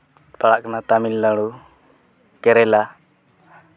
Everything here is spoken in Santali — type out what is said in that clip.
ᱯᱟᱲᱟᱜ ᱠᱟᱱᱟ ᱛᱟᱹᱢᱤᱞᱱᱟᱹᱲᱩ ᱠᱮᱨᱟᱞᱟ